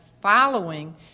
following